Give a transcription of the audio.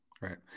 Right